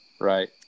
right